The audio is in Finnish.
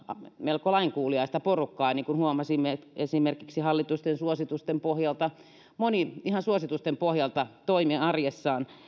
melko lainkuuliaista porukkaa niin kuin huomasimme esimerkiksi hallitusten suositusten pohjalta moni ihan suositusten pohjalta toimi arjessaan